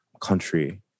country